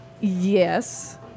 Yes